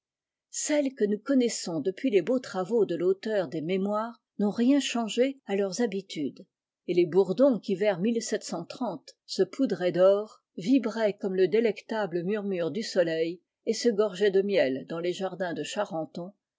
celles que nous connaissons depuis les beaux travaux de tauteur des mémoires n'ont rien changé à leurs habitudes et les bourdons qui vers se poudraient d'or vibraient comme le délectable murmure du soleil et se gorgeaient de miel dans les jardins de charenton